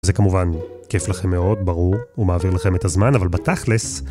זה כמובן כיף לכם מאוד, ברור, הוא מעביר לכם את הזמן, אבל בתכלס...